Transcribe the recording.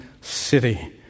city